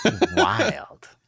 Wild